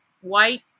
white